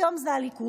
היום זה הליכוד,